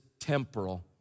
temporal